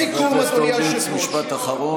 חבר הכנסת הורוביץ, משפט אחרון.